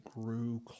grew